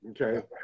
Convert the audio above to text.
okay